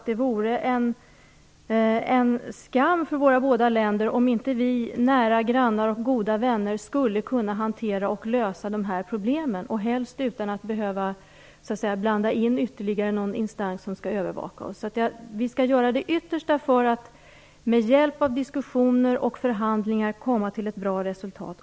Det vore en skam för våra båda länder om inte vi nära grannar och goda vänner skulle kunna hantera och lösa de här problemen, helst utan att behöva blanda in ytterligare någon instans som skall övervaka oss. Vi skall alltså göra vårt yttersta för att med hjälp av diskussioner och förhandlingar komma till ett bra resultat.